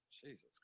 Jesus